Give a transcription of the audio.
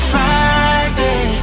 Friday